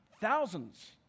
thousands